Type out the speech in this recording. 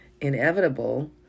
inevitable